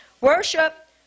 Worship